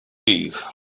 leave